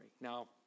Now